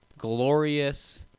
glorious